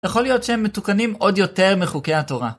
יכול להיות שהם מתוקנים עוד יותר מחוקי התורה.